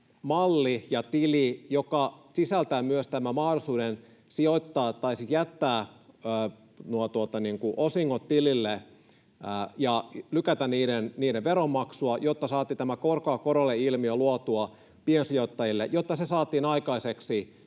malli, tili, joka sisältää myös mahdollisuuden jättää osingot tilille ja lykätä niiden veronmaksua, jotta saatiin tämä korkoa korolle ‑ilmiö luotua piensijoittajille, jotta se saatiin aikaiseksi,